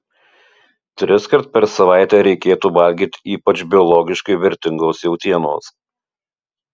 triskart per savaitę reikėtų valgyti ypač biologiškai vertingos jautienos